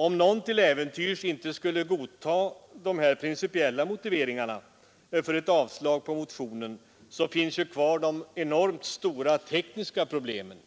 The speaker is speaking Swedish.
Om någon till äventyrs inte skulle godta de här principiella motiveringarna för ett avslag på motionen, finns ju de enormt stora tekniska problemen kvar.